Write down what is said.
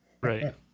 Right